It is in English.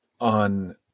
on